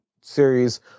series